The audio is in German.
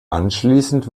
anschließend